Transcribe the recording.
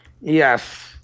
Yes